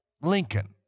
Lincoln